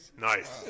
Nice